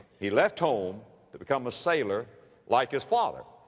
he left home to become a sailor like his father.